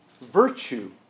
virtue